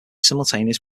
simultaneous